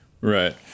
right